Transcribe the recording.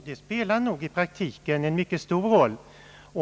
Herr talman! I praktiken spelar det nog en mycket stor roll.